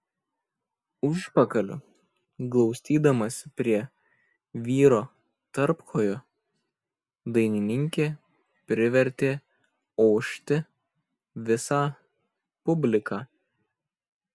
užpakaliu glaustydamasi prie vyro tarpkojo dainininkė privertė ošti visą publiką